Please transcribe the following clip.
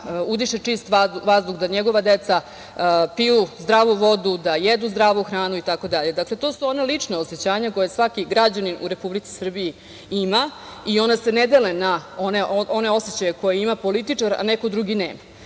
udiše čist vazduh, da njegova deca piju zdravu vodu, da jedu zdravu hranu itd, dakle to su ona lična osećanja koje svaki građanin u Republici Srbiji ima i ona se ne dele na one osećaje koje ima političar, a neko drugi nema. Tako